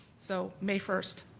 so may first,